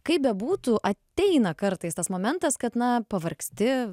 kaip bebūtų ateina kartais tas momentas kad na pavargsti